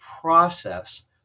process